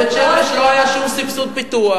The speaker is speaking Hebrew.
בבית-שמש לא היה שום סבסוד פיתוח.